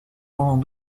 pendant